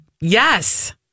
Yes